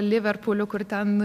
liverpulių kur ten